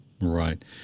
Right